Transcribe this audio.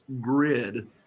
grid